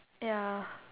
ya